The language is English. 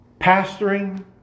Pastoring